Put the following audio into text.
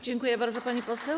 Dziękuję bardzo, pani poseł.